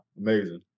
amazing